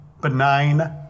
Benign